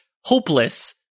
hopeless